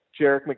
Jarek